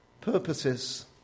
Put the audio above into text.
purposes